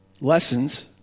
Lessons